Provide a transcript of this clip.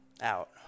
Out